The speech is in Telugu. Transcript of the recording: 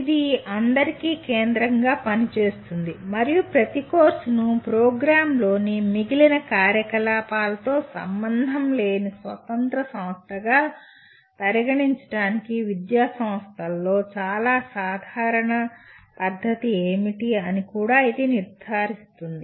ఇది అందరికీ కేంద్రంగా పనిచేస్తుంది మరియు ప్రతి కోర్సును ప్రోగ్రామ్లోని మిగిలిన కార్యకలాపాలతో సంబంధం లేని స్వతంత్ర సంస్థగా పరిగణించటానికి విద్యాసంస్థలలో చాలా సాధారణ పద్ధత ఏమిటి అని కూడా ఇది నిర్ధారిస్తుంది